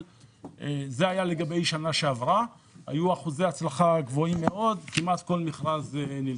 היו אחוזי הצלחה גבוהים מאוד, כמעט כל מכרז נלקח.